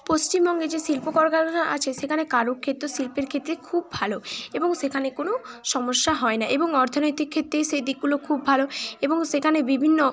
পশ্চিমবঙ্গে যে শিল্প কলকারখানা আছে সেখানে কারুক্ষেত্রে শিল্পের ক্ষেত্রে খুব ভালো এবং সেখানে কোনো সমস্যা হয় না এবং অর্থনৈতিক ক্ষেত্রে সেই দিকগুলো খুব ভালো এবং সেখানে বিভিন্ন